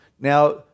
Now